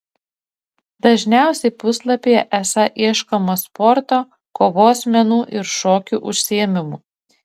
dažniausiai puslapyje esą ieškoma sporto kovos menų ir šokių užsiėmimų